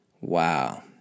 Wow